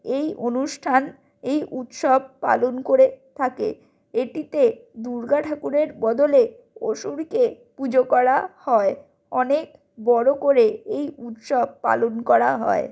এই অনুষ্ঠান এই উৎসব পালন করে থাকে এটিতে দুর্গাঠাকুরের বদলে অসুরকে পুজো করা হয় অনেক বড়ো করে এই উৎসব পালন করা হয়